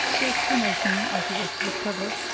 the explanation, as he was to discover,